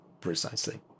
precisely